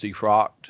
defrocked